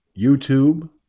YouTube